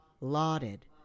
lauded